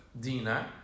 Dina